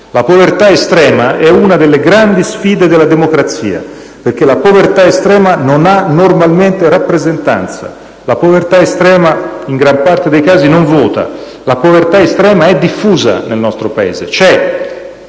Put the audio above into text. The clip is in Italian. povertà estrema, una delle grandi sfide della democrazia, perché essa non ha normalmente rappresentanza: la povertà estrema, nella gran parte dei casi, non vota. La povertà estrema è diffusa nel nostro Paese, c'è,